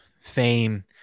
fame